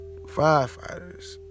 firefighters